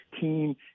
team